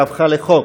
והפכה לחוק.